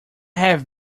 have